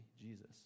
Jesus